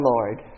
Lord